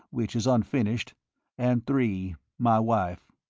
which is unfinished and, three my wife.